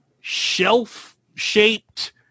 shelf-shaped